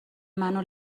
منو